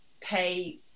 pay